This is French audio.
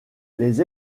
les